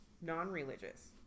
non-religious